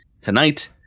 tonight